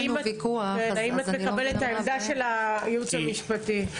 האם את מקבלת את העמדה של הייעוץ המשפטי?